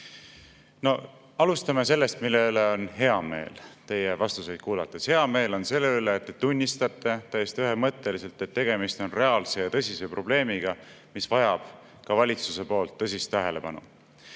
Alustame sellest, mille üle on hea meel teie vastuseid kuulates. Hea meel on selle üle, et te tunnistate täiesti ühemõtteliselt, et tegemist on reaalse ja tõsise probleemiga, mis vajab ka valitsuselt tõsist tähelepanu.